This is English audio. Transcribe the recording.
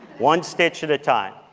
one stitch at a time.